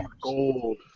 gold